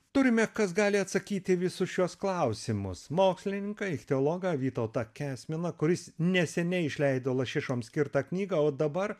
turime kas gali atsakyti į visus šiuos klausimus mokslininką teologą vytautą kesminą kuris neseniai išleido lašišoms skirtą knygą o dabar